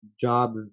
job